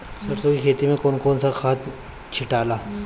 सरसो के खेती मे कौन खाद छिटाला?